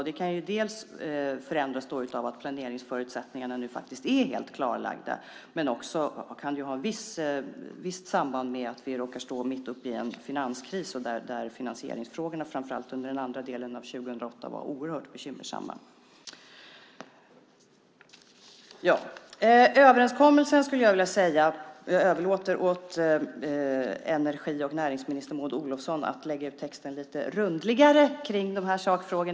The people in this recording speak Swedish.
Det kan förändras av att planeringsförutsättningarna är helt klarlagda, och det kan ha ett visst samband med att vi råkar stå mitt uppe i en finanskris där finansieringsfrågorna under framför allt den andra delen av 2008 var oerhört bekymmersamma. Jag överlåter åt energi och näringsminister Maud Olofsson att lägga ut texten lite rundligare i dessa sakfrågor.